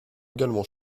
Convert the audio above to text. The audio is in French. également